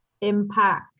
impact